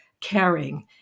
caring